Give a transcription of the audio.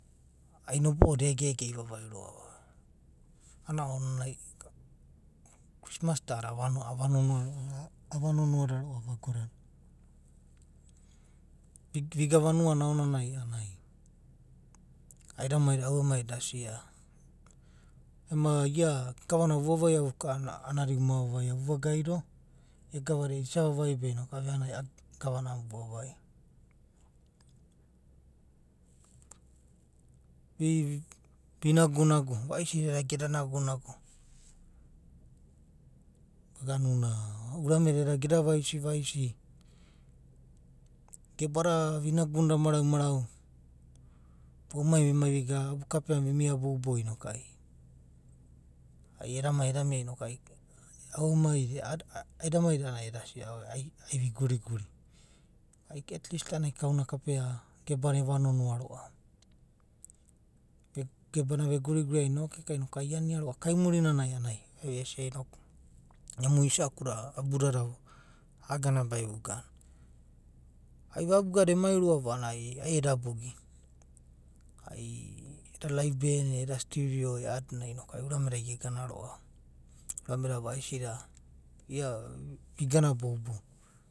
Mai nobo’oda ege ege ivavai roa’va a’adinai ounani christmas da a’va nonoa da roa’va ago dada. Vigana vanua nai aonanai a’ananai aida mai da. aua mai da eda sia ema ia gama nav ai vaivaia vuka a’anana anadi vu vavaia. vu vagaido, ia gavada isa vavaia be avea nai be a’a gava na vu vaia. Vi nagu nagu. vaisi da iada eda nagu nagu, urame da eda gana eda vahisi vahisi, geba da vi nagunida marau. bou main ai vigana abu kapea anai vi mia bobou noku ai. ai eda mai eda mia noku. aua mai. aida mai da ai eda sia ai vi guri guri at least a’ananai ai kau na kapea gebana ve ve nonoa roa’ve. Gebe nav e guri guri aine inoku eka vi ania roa’va kainurinanai noku ai vesia emu isa’aku da abuda, ia gana be ai vogana. Ai vabuga na emai roa’va a’anana ai eda boogi. ai eda live band eh eda stereo a’adina a’ada ai urame ge gana roa’ve, eurame da vaisi da igana boubou roa’va.